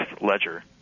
Ledger